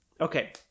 Okay